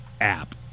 app